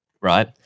right